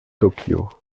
tokyo